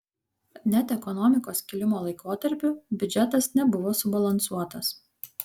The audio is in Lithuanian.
net ekonomikos kilimo laikotarpiu biudžetas nebuvo subalansuotas